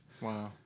Wow